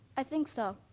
i think so,